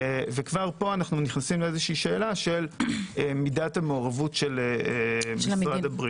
כבר פה אנו נכנסים לשאלה של מידת המעורבות של משרד הבריאות.